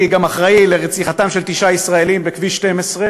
להיוועד עם ראשי ה"חמאס".